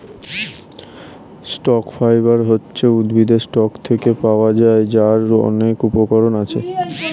stock fibre হচ্ছে উদ্ভিদের stalk থেকে পাওয়া যায়, যার অনেক উপকরণ আছে